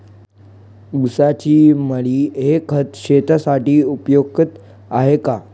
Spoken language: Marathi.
ऊसाची मळी हे खत शेतीसाठी उपयुक्त आहे का?